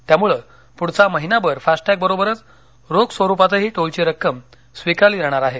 त्यामुळे पुढचा महिनाभर फास्ट टॅग बरोबरच रोख स्वरुपातही टोलची रक्कम स्वीकारली जाणार आहे